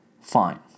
Fine